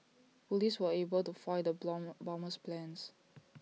Police were able to foil the bomber's plans